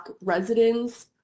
residents